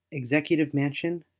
executive mansion,